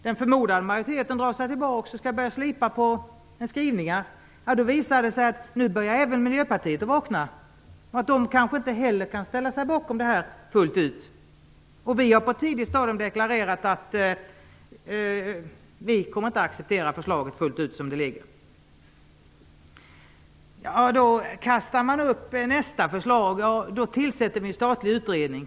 Den förmodade majoriteten drar sig tillbaka och skall börja slipa på skrivningar. Nu visar det sig att även Miljöpartiet börjar att vakna. Man kanske inte heller kan ställa sig bakom förslaget fullt ut, och vi i Vänsterpartiet har på ett tidigt stadium deklarerat att vi inte kommer att acceptera förslaget fullt ut som det ligger. Då kastar man fram nästa förslag: Vi tillsätter en statlig utredning.